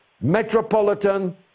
metropolitan